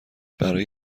برای